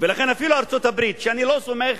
ולכן אפילו ארצות-הברית, שאני לא סומך